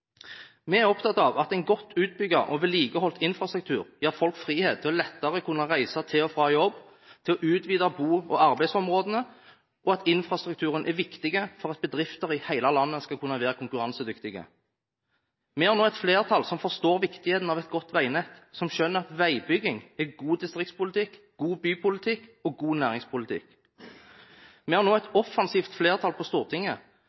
Vi er opptatt av at en godt utbygget og vedlikeholdt infrastruktur gir folk frihet til lettere å kunne reise til og fra jobb, til å utvide bo- og arbeidsområdene, og av at infrastrukturen er viktig for at bedrifter i hele landet skal være konkurransedyktige. Vi har nå et flertall som forstår viktigheten av et godt veinett, som skjønner at veibygging er god distriktspolitikk, god bypolitikk og god næringspolitikk. Vi har nå et offensivt flertall på Stortinget